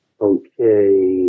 okay